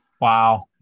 Wow